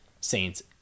Saints